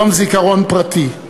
יום זיכרון פרטי.